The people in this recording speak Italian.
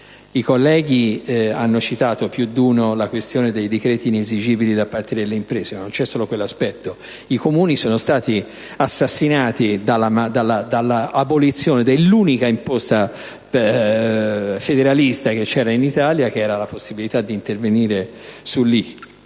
un collega ha citato la questione dei crediti inesigibili da parte delle imprese, ma non c'è solo quell'aspetto: i Comuni sono stati assassinati dalla abolizione dell'unica imposta federalista presente in Italia, che era la possibilità di intervenire sull'ICI,